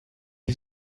die